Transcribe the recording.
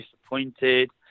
disappointed